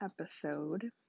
episode